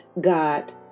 God